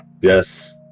yes